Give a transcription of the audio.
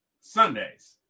Sundays